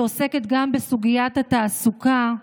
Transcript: שעוסקת גם בסוגיית התעסוקה,